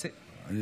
סליחה,